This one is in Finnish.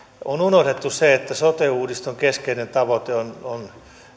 on unohdettu se että sote uudistuksen keskeinen tavoite on on